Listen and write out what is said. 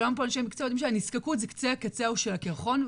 כל אנשי המקצוע פה יודעים שהנזקקות זה קצה-קצהו של הקרחון,